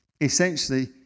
Essentially